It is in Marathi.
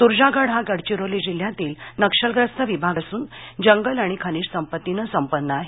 सुरजागड हा गडचिरोली जिल्ह्यातील नक्षलग्रस्त विभाग असून जंगल आणि खनिज संपत्तीने संपन्न आहे